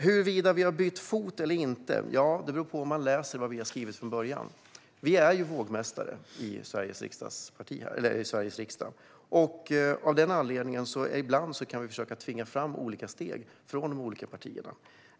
Huruvida man anser att vi har bytt fot eller inte beror nog på om man läser vad vi har skrivit från början. Vi är ju vågmästare i Sveriges riksdag, och av den anledningen kan vi ibland försöka tvinga fram olika steg från de olika partierna.